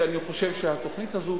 ואני חושב שהתוכנית הזו,